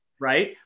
Right